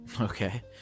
Okay